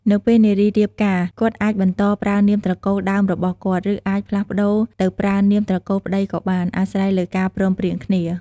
នៅពេលនារីរៀបការ គាត់អាចបន្តប្រើនាមត្រកូលដើមរបស់គាត់ ឬ អាចផ្លាស់ប្តូរទៅប្រើនាមត្រកូលប្ដីក៏បាន អាស្រ័យលើការព្រមព្រៀងគ្នា។